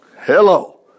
Hello